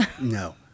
No